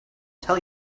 tell